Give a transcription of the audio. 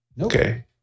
Okay